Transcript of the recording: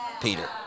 Peter